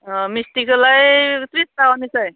अ मिस्थिखौलाय थ्रिसथा हरनिसै